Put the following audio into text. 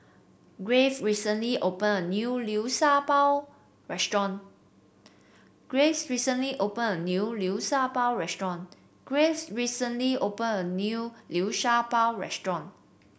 Grave recently opened a new Liu Sha Bao restaurant Graves recently opened a new Liu Sha Bao restaurant Graves recently opened a new Liu Sha Bao restaurant